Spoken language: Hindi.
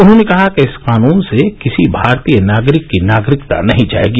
उन्होंने कहा कि इस कानून से किसी भारतीय नागरिक की नागरिकता नहीं जायेगी